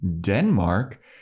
Denmark